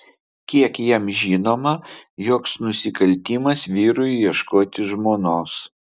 kiek jam žinoma joks nusikaltimas vyrui ieškoti žmonos